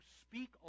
speak